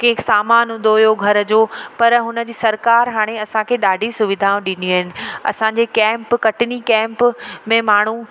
कंहिं सामान हूंदो हुओ घर जो पर हुन जी सरकार हाणे असांखे ॾाढी सुविधाऊं ॾिनियूं आहिनि असांजे कैंप कटनी कैंप में माण्हू